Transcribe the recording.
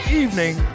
evening